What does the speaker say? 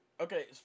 Okay